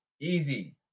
easy